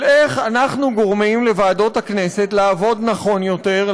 של איך אנחנו גורמים לוועדות הכנסת לעבוד נכון יותר,